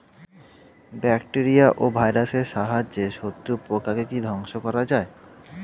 Bacteria ও ভাইরাসের সাহায্যে শত্রু পোকাকে কি ধ্বংস করা যায়?